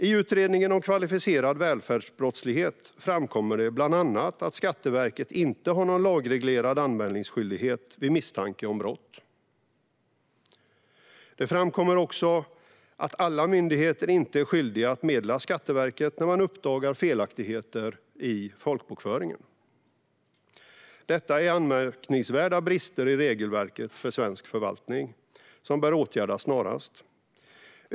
I utredningen om kvalificerad välfärdsbrottslighet framkommer det bland annat att Skatteverket inte har någon lagreglerad anmälningsskyldighet vid misstanke om brott. Det framkommer också att alla myndigheter inte är skyldiga att meddela Skatteverket när man uppdagar felaktigheter i folkbokföringen. Detta är anmärkningsvärda brister i regelverket för svensk förvaltning som snarast bör åtgärdas.